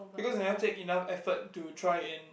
because I never take enough effort to try and